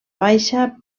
baixa